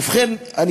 ובכן,